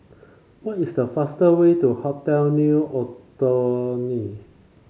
what is the fastest way to Hotel New Otoni